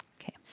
Okay